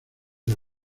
del